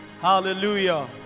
hallelujah